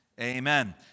amen